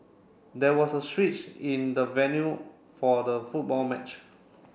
there was a switch in the venue for the football match